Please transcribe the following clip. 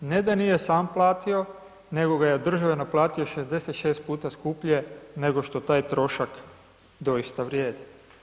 Ne da nije sam platio nego ga je državi naplatio 66 puta skuplje nego što taj trošak doista vrijedi.